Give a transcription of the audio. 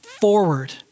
forward